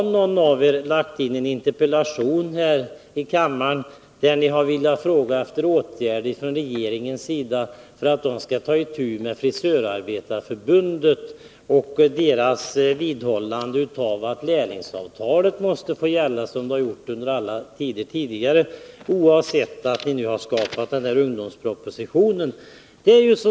Någon av er interpellerade häromdagen i riksdagen om åtgärder från regeringens sida mot Frisörarbetareförbundet och dess fasthållande vid åsikten att lärlingsavtalet bör gälla som tidigare oavsett ungdomspropositionen.